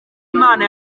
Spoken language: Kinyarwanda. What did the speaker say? imana